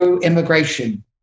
immigration